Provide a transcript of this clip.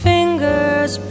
Fingers